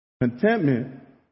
Contentment